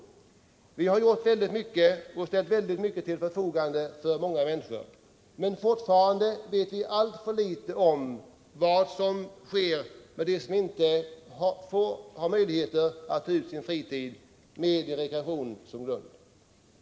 Vi har på det området gjort väldigt mycket och ställt stora resurser till förfogande, men fortfarande vet vi alltför litet om vad som sker med dem som inte har möjlighet att ta ut sin fritid i form av rekreation.